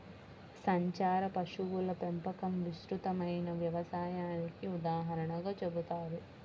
సంచార పశువుల పెంపకం విస్తృతమైన వ్యవసాయానికి ఉదాహరణగా చెబుతారు